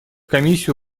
комиссию